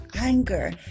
anger